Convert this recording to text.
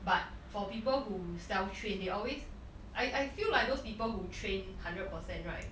but for people who self train they always I I feel like those people who train hundred percent right